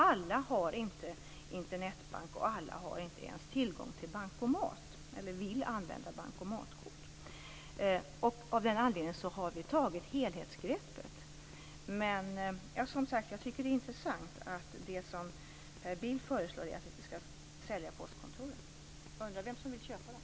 Alla har inte Internetbank; alla har inte ens tillgång till bankomat eller vill använda bankomatkort. Av den anledningen har vi tagit det här helhetsgreppet. Men det är som sagt intressant att Per Bills förslag är att vi skall sälja postkontoren. Jag undrar vem som vill köpa dem.